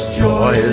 joy